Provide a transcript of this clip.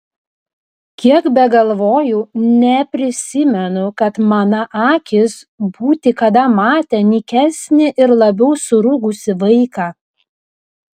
kiek begalvoju neprisimenu kad mana akys būti kada matę nykesnį ir labiau surūgusį vaiką